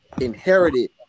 inherited